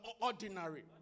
ordinary